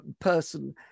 person